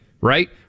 Right